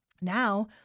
Now